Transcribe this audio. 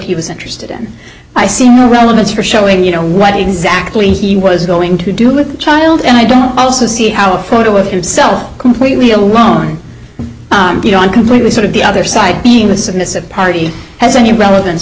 he was interested in i see no relevance for showing you know what exactly he was going to do with the child and i don't also see how a photo of himself completely alone completely sort of the other side being the submissive party has any relevance